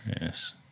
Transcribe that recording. yes